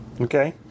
Okay